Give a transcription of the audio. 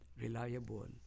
reliable